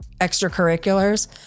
extracurriculars